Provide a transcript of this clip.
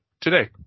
today